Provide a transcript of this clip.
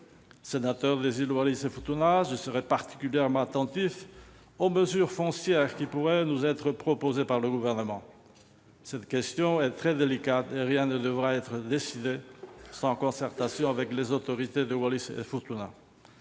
Sénateur des îles Wallis et Futuna je serai particulièrement attentif aux mesures foncières qui pourraient nous être proposées par le Gouvernement. Cette question est très délicate, et rien ne devra être décidé sans concertation avec les autorités de Wallis-et-Futuna.